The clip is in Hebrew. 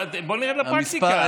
בוא נרד לפרקטיקה,